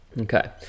Okay